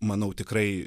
manau tikrai